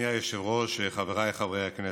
אדוני היושב-ראש, חבריי חברי הכנסת,